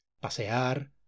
pasear